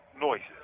noises